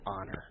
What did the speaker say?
honor